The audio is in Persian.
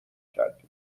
کردیم